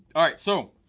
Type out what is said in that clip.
alright, so,